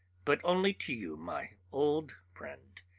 but only to you, my old friend,